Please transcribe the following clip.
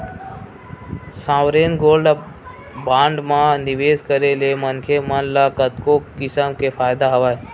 sovereign gold bond म निवेस करे ले मनखे मन ल कतको किसम के फायदा हवय